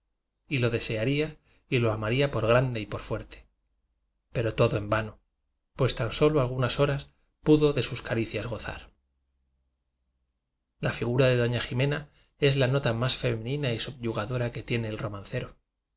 y lo desearía y lo amaha por grande y por fuerte pero todo en vano pues tan solo algunas horas pudo de sus caricias gozar la figura de doña jimena es la nota más femenina y subyugadora que tiene el ro